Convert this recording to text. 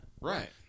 Right